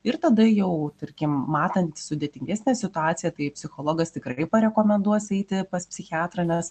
ir tada jau tarkim matant sudėtingesnę situaciją tai psichologas tikrai parekomenduos eiti pas psichiatrą nes